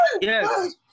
Yes